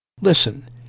Listen